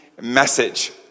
message